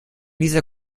dieser